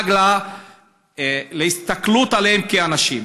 לעג להסתכלות עליהם כאנשים.